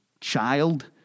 child